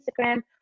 Instagram